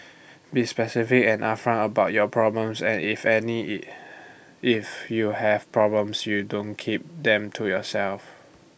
be specific and upfront about your problems and if any IT if you have problems you don't keep them to yourself